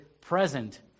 present